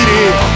City